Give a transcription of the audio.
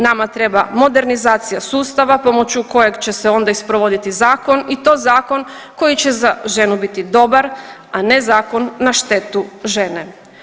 Nama treba modernizacija sustava pomoću kojeg će se onda i sprovoditi zakon i to zakon koji će za ženu biti dobar, a ne zakon na štetu žene.